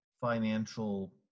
financial